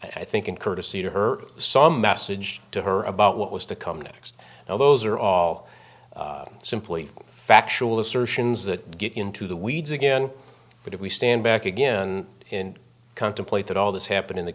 i think in courtesy to her some message to her about what was to come next and those are all simply factual assertions that get into the weeds again but if we stand back again in contemplate that all this happened in the